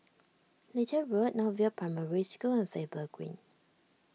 Little Road North View Primary School and Faber Green